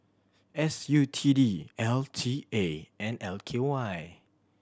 S U T D L T A and L K Y